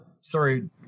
sorry